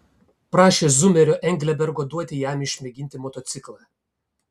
prašė zumerio englebergo duoti jam išmėginti motociklą